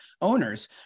owners